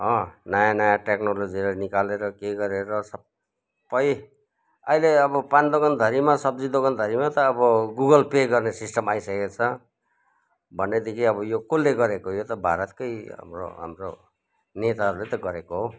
हो नयाँ नयाँ ट्याक्नोलोजिहरू निकालेर के गरेर सबै अहिले अब पान दोकान धरिमा सब्जी दोकान धरिमा त अब गुगल पे गर्ने सिस्टम आइसकेको छ भनेदेखि अब यो कसले गरेको यो त भारतकै हाम्रो हाम्रो नेताहरूले त गरेको हो